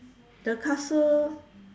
the castle